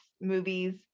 movies